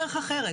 דרך אחרת.